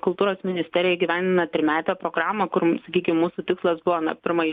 kultūros ministerija įgyvendina trimetę programą kur sakykim mūsų tikslas buvo na pirma